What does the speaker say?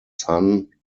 son